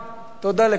תודה לכולם.